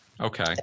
Okay